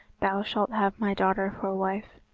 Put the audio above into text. thou shalt have my daughter for wife.